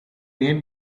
made